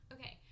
Okay